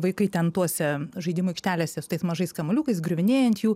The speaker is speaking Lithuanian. vaikai ten tuose žaidimų aikštelėse su tais mažais kamuoliukais griuvinėja ant jų